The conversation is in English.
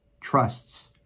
trusts